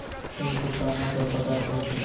ऋण भुगतान ह कय प्रकार के होथे?